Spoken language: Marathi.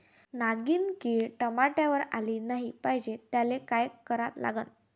नागिन किड टमाट्यावर आली नाही पाहिजे त्याले काय करा लागन?